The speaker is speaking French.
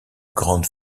grande